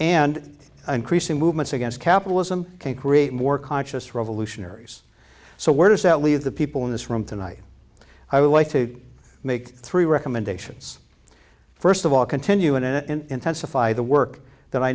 and increasing movements against capitalism can create more conscious revolutionaries so where does that leave the people in this room tonight i would like to make three recommendations first of all continuing and intensify the work that i